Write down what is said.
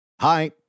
Hi